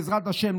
בעזרת השם,